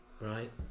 right